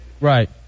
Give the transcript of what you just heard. Right